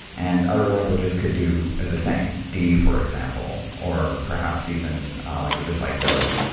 and other languages could do the same, d, for example, or perhaps even languages like go.